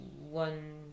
one